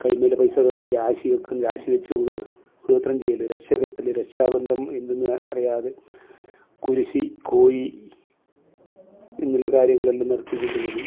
കൈയ്യിമ്മേലെ പൈസ കളഞ്ഞിട്ട് രാശി വെക്കും രാശി വെച്ച് കൂടോത്രം ചെയ്യൽ രക്ഷ കെട്ടൽ രക്ഷാബെന്ധം എന്തെന്ന് അറിയാതെ കുരിശി കോഴി എന്നുള്ള കാര്യങ്ങളെല്ലം നടത്തിക്കൊണ്ട് പോകൽ